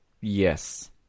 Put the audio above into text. yes